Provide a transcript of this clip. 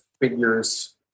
figures